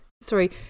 sorry